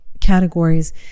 categories